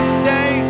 stay